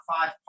five